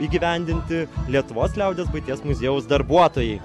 įgyvendinti lietuvos liaudies buities muziejaus darbuotojai